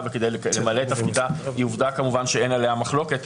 וכדי למלא את תפקידה היא עובדה כמובן שאין עליה מחלוקת,